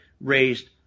raised